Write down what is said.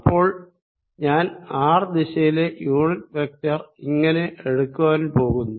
അപ്പോൾ ഞാൻ ആർ ദിശയിലെ യൂണിറ്റ് വെക്റ്റർ ഇങ്ങനെ എടുക്കാൻ പോകുന്നു